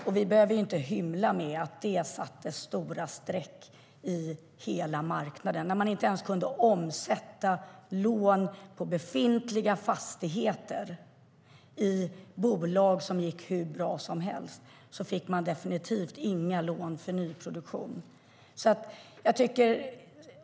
Och vi behöver inte hymla med att det bidrog till stora streck på hela marknaden. När man inte ens kunde omsätta lån på befintliga fastigheter i bolag som gick hur bra som helst fick man definitivt inga lån för nyproduktion.